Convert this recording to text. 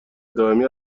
دائمی